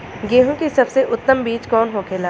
गेहूँ की सबसे उत्तम बीज कौन होखेला?